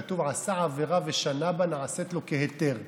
כתוב: עשה עבירה ושנה בה, נעשית לו כהיתר.